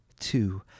Two